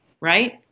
Right